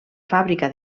fàbrica